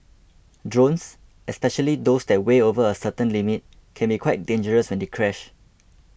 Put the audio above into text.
drones especially those that weigh over a certain limit can be quite dangerous when they crash